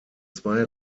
zwei